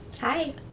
Hi